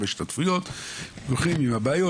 הולכים עם הבעיות,